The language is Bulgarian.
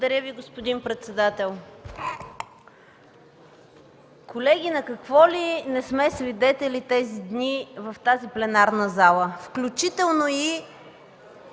Благодаря Ви, господин председател. Колеги, на какво ли не сме свидетели тези дни в пленарната зала? Включително и